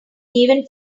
even